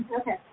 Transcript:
Okay